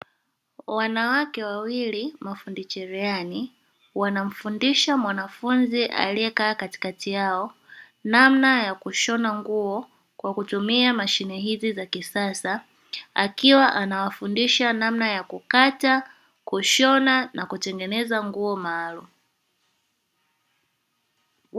Wanawake wawili mafundi cherehani; wanamfundisha mwanafunzi aliyekaa katikati yao, namna ya kushona nguo kwa kutumia mashine hizi za kisasa; akiwa anawafundisha namna ya kukata, kushona na kutengeneza nguo maalum.